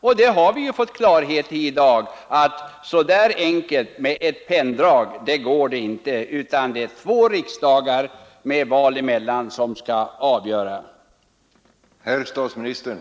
Och vi har ju fått förklaring i dag att så enkelt som med ett penndrag går det inte, utan det är två riksdagar med val emellan som skall fälla avgörandet.